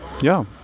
ja